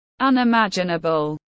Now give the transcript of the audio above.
unimaginable